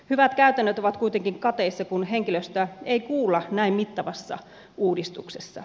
hyvät käytännöt ovat kuitenkin kateissa kun henkilöstöä ei kuulla näin mittavassa uudistuksessa